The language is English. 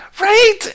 Right